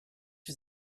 was